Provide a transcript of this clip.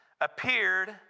appeared